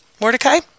Mordecai